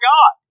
God